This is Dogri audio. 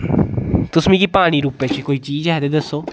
तुस मिगी पानी रूपै च कोई चीज ऐ ते दस्सो